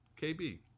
KB